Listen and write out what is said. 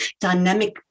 dynamic